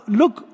look